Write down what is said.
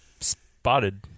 spotted